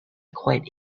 quite